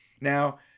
Now